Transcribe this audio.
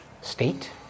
state